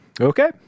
Okay